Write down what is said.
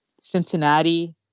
Cincinnati